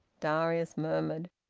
darius murmured,